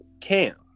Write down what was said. Cam